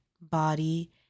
body